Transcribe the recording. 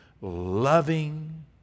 loving